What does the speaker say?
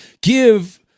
give